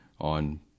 on